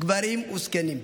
גברים וזקנים.